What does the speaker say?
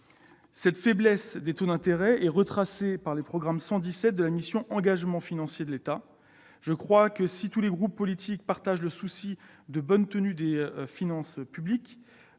Cette faiblesse des taux d'intérêt est retracée dans le programme 117 de la mission « Engagements financiers de l'État ». Selon moi, si tous les groupes politiques partagent le même souci de bonne tenue des finances publiques,